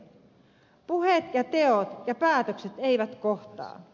puheet ja teot ja päätökset eivät kohtaa